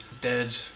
dead